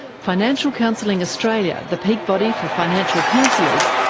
financial counselling australia, the peak body for financial counsellors,